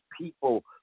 people